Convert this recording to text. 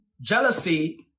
jealousy